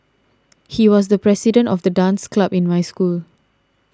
he was the president of the dance club in my school